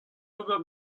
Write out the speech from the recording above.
ober